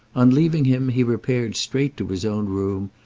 on leaving him he repaired straight to his own room,